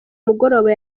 mugoroba